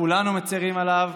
כולנו מצירים עליו.